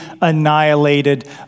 annihilated